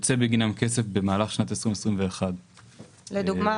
יוצא בגינם כסף במהלך שנת 2021. לדוגמה,